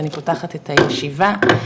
אני פותחת את הישיבה,